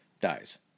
dies